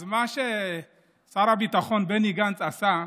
אז מה שר הביטחון בני גנץ עשה?